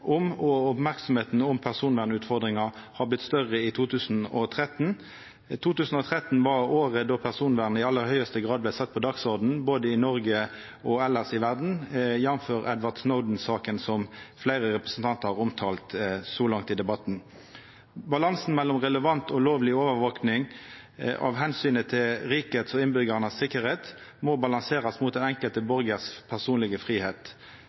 og merksemda omkring personvernutfordringar har vorte større i 2013. 2013 var året da personvern i aller høgste grad vart sett på dagsordenen både i Noreg og elles i verden, jf. Edward Snowden-saka som fleire representantar har omtalt så langt i debatten. Balansen mellom relevant og lovleg overvaking av omsynet til rikets og innbyggjaranes tryggleik må balanserast mot den enkelte borgars personlege